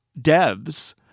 devs